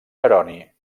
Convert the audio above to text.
jeroni